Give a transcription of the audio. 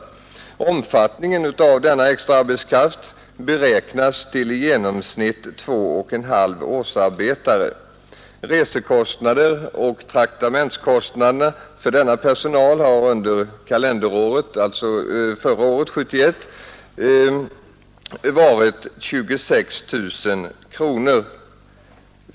Omfattningen av denna extra arbetskraft beräknas till i genomsnitt 2 1/2 årsarbetare. Resekostnader och traktamentskostnader för denna personal var under kalenderåret 1971 26 000 kronor.